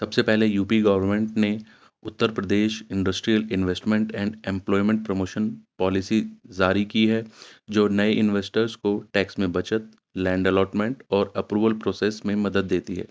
سب سے پہلے U P government نے Uttar Pradesh industrial investment and employment promotion policy زاری کی ہے جو نئے انویسٹرس کو ٹیکس میں بچت لینڈ اللاٹمنٹ اور اپروول پروسیس میں مدد دیتی ہے